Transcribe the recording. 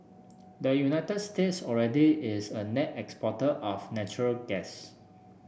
the United States already is a net exporter of natural gas